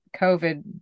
COVID